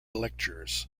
lectures